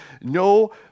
no